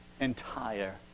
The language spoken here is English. entire